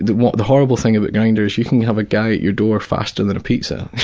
the the horrible thing about grindr, is you can have a guy at your door faster than a pizza!